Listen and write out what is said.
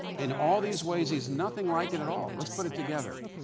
in all these ways, he's nothing like it at all. let's put it together.